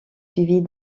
suivie